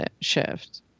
shift